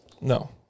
No